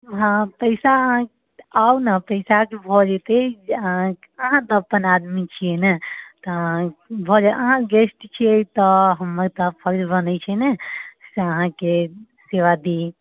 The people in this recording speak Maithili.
हँ पैसा अहाँ आउ ने पैसा कऽ भऽ जयतै अहाँ तऽ अपन आदमी छियै ने तहन भऽ जै अहाँ गेस्ट छियै तऽ हमर तऽ फर्ज बनैत छै ने से अहाँकेँ सेवा दी